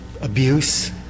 abuse